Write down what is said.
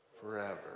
forever